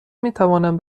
میتوانم